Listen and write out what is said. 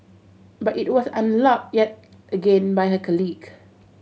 but it was unlocked yet again by her